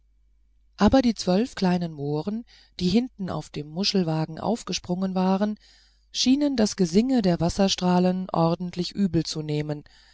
aber die zwölf kleinen mohren die hinten auf den muschelwagen aufgesprungen waren schienen das gesinge der wasserstrahlen ordentlich übel zu nehmen